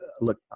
look